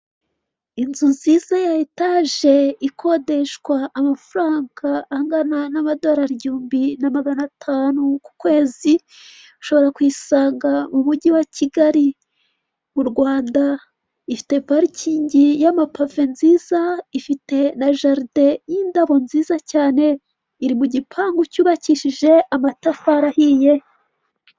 Inzu nziza ya etaje ikodeshwa amafaranga angana n'amadolari igihumbi na maganatanu ku kwezi, ushobora kuyisanga mu mujyi wa Kigali, mu Rwanda ifite parikingi y'amapave nziza, ifite na jaride y'indabo nziza cyane iri mu gipangu cyubakishije amatafari ahiye.